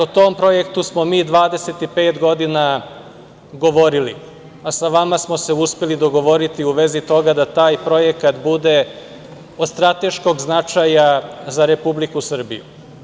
O tom projektu smo mi 25 godina govorili, a sa vama smo se uspeli dogovoriti u vezi toga da taj projekat bude od strateškog značaja za Republiku Srbiju.